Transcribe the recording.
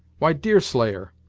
why, deerslayer,